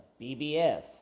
BBF